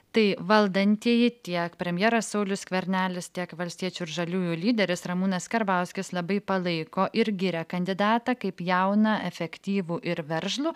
tai valdantieji tiek premjeras saulius skvernelis tiek valstiečių ir žaliųjų lyderis ramūnas karbauskis labai palaiko ir giria kandidatą kaip jauną efektyvų ir veržlų